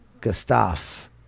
Gustav